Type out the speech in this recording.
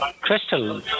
Crystal